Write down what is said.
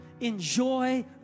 enjoy